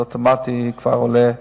זה אוטומטי כבר עולה.